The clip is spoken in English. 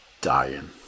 dying